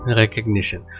recognition